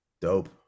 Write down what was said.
Dope